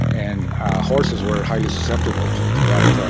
and horses were highly susceptible to to that to